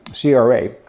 CRA